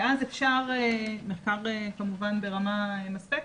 מחקר כמובן ברמה מספקת,